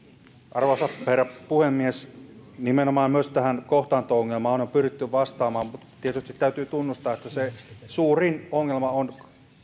arvoisa herra puhemies nimenomaan myös tähän kohtaanto ongelmaan on pyritty vastaamaan tietysti täytyy tunnustaa että se suurin ongelma on